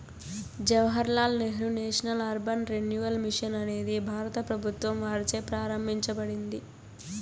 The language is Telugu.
Jawahar Lal Nehru National Urban Renewal Mission అనేది భారత ప్రభుత్వం వారిచే ప్రారంభించబడింది